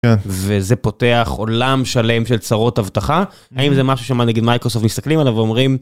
וזה פותח עולם שלם של צרות אבטחה האם זה משהו שמיקרוספוט מסתכלים עליו ואומרים.